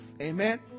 Amen